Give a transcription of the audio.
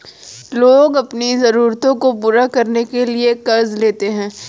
लोग अपनी ज़रूरतों को पूरा करने के लिए क़र्ज़ लेते है